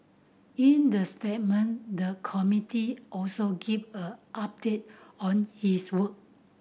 in the statement the committee also gave a update on its work